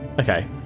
Okay